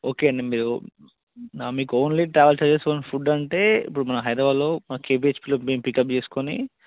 okay అండి మీరు మీకు ఓన్లీ ట్రావెల్స్తో చేరి ఫుడ్ అంటే ఇప్పుడు మన హైదరాబాద్లో మన కేపీహెచ్బీలో మేమ్ పికప్ చేసుకుని